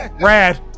rad